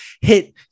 hit